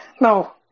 no